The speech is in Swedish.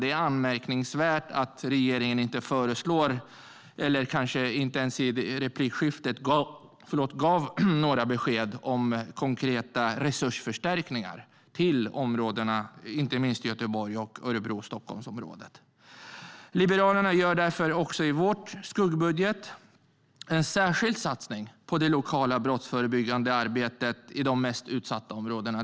Det är anmärkningsvärt att regeringen inte föreslår och inte ens i replikskiftet gav några konkreta besked om resursförstärkningar till områdena, inte minst i Göteborg, Örebro och Stockholm. I vår skuggbudget gör vi liberaler en särskild satsning på det lokala brottsförebyggande arbetet i de mest utsatta områdena.